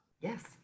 Yes